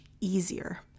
easier